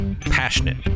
passionate